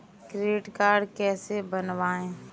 Credit card कैसे बनवाएँ?